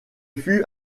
fut